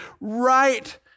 right